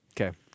Okay